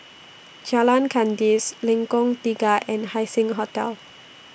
Jalan Kandis Lengkong Tiga and Haising Hotel